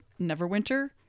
Neverwinter